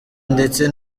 ndetse